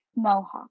mohawk